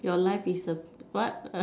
your life is what